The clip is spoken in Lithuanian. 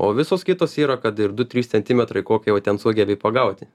o visos kitos yra kad ir du trys centimetrai kokią jau ten sugebi pagauti